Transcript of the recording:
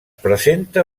presenta